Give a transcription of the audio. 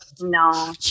No